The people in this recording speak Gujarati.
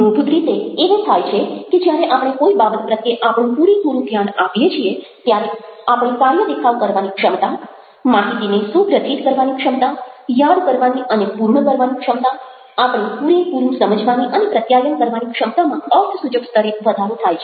મૂળભૂત રીતે એવું થાય છે કે જ્યારે આપણે કોઈ બાબત પ્રત્યે આપણું પૂરેપૂરું ધ્યાન આપીએ છીએ ત્યારે આપણી કાર્યદેખાવ કરવાની ક્ષમતા માહિતીને સુગ્રથિત કરવાની ક્ષમતા યાદ કરવાની અને પૂર્ણ કરવાની ક્ષમતા આપણી પૂરેપૂરું સમજવાની અને પ્રત્યાયન કરવાની ક્ષમતામાં અર્થસૂચક સ્તરે વધારો થાય છે